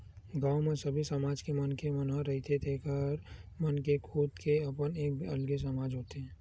गाँव म सबे समाज के मनखे मन ह रहिथे जेखर मन के खुद के अपन एक अलगे समाज होथे